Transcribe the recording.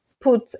put